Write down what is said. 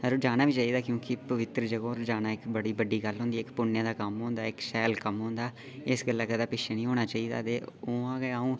जाना बी चाहिदा पवित्र जगह् पर जाना इक बड़ी बड्डी गल्ल होंदी इक शैल कम्म होंदा एस गल्ला कदें पिच्छे नीं होना चाहिदा